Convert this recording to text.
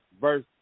verse